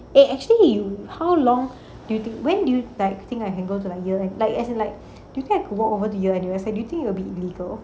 eh actually you how long do you think when do you like think I can go to the yale and like as in like do you think I could walk over to yale N_U_S do you think it will be illegal